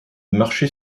marcher